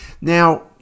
Now